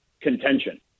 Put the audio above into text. contention